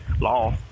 law